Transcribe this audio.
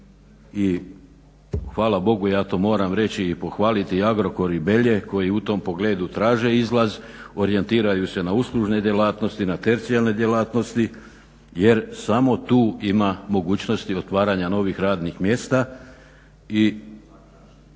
i hvala Bogu ja to moram reći i pohvaliti Agrokor i Belje koji u tom pogledu traže izlaz, orijentiraju se na uslužne djelatnosti, na tercijarne djelatnosti, jer samo tu ima mogućnosti otvaranja novih radnih mjesta i